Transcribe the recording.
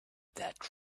that